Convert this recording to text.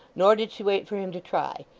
nor did she wait for him to try,